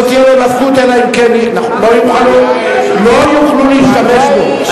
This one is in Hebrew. לא יוכלו להשתמש בו.